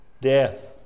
death